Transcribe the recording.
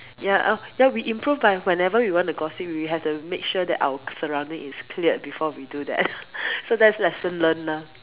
ya oh ya we improve by whenever we want to gossip we have to make sure that our surroundings is cleared before we do that so that's lesson learnt lah mm